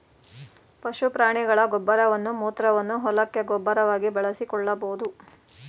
ಪಶು ಪ್ರಾಣಿಗಳ ಗೊಬ್ಬರವನ್ನು ಮೂತ್ರವನ್ನು ಹೊಲಕ್ಕೆ ಗೊಬ್ಬರವಾಗಿ ಬಳಸಿಕೊಳ್ಳಬೋದು